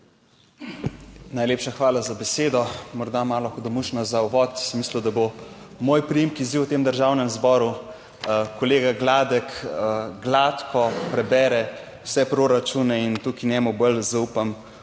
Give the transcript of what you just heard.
Najlepša hvala za besedo. Morda malo hudomušno za uvod; sem mislil, da bo moj priimek izziv v tem Državnem zboru. Kolega Gladek gladko prebere vse proračune in tukaj njemu bolj zaupam